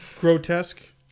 grotesque